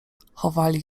chowali